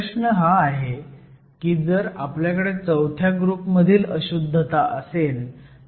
प्रश्न हा आहे की जर आपल्याकडे चौथ्या ग्रुप मधील अशुद्धता असेल तर काय करावे लागेल